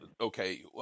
okay